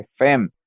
FM